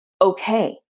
okay